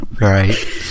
Right